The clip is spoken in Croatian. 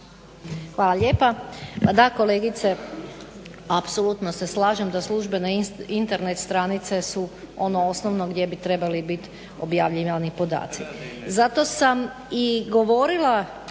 Hvala lijepa. Pa da kolegice apsolutno se slažem da službene Internet stranice su ono osnovno gdje bi trebali biti objavljivani podaci. Zato sam i govorila